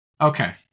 Okay